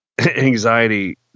anxiety